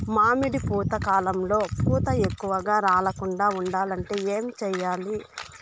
మామిడి పూత కాలంలో పూత ఎక్కువగా రాలకుండా ఉండాలంటే ఏమి చెయ్యాలి?